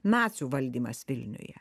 nacių valdymas vilniuje